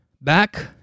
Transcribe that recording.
Back